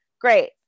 great